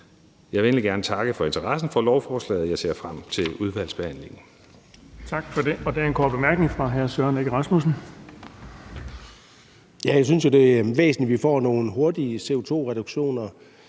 Jeg vil endelig gerne takke for interessen for lovforslaget, og jeg ser frem til udvalgsbehandlingen.